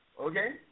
okay